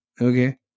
Okay